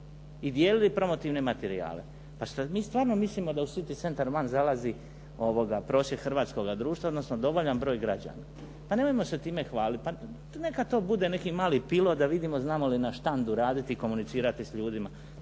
I dijelili promotivne materijale. Pa šta mi stvarno mislimo da u City Centar One zalazi prosjek hrvatskoga društva, odnosno dovoljan broj građana. Pa nemojmo se time hvaliti. Pa neka to bude neki mali pilot, da vidimo znamo li na štandu raditi i komunicirati sa ljudima.